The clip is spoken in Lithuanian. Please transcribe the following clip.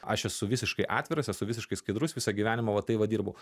aš esu visiškai atviras esu visiškai skaidrus visą gyvenimą va taip va dirbau